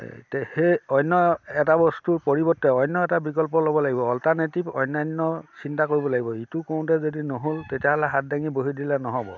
তে সেই অন্য এটা বস্তুৰ পৰিৱৰ্তে অন্য এটা বিকল্প ল'ব লাগিব অল্টাৰনেটিভ অন্যান্য চিন্তা কৰিব লাগিব ইটো কৰোঁতে যদি নহ'ল তেতিয়াহ'লে হাত দাঙি বহি দিলে নহ'ব